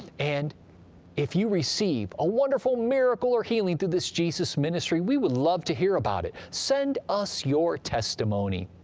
and if you receive a wonderful miracle or healing through this jesus ministry, we would love to hear about it! send us your testimony.